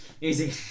Easy